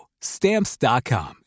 Stamps.com